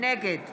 נגד